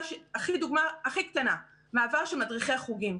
דוגמה הכי קטנה: מעבר של מדריכי החוגים.